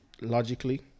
logically